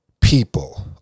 people